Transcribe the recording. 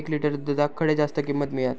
एक लिटर दूधाक खडे जास्त किंमत मिळात?